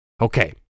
Okay